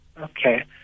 Okay